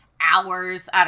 hours